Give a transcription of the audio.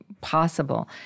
possible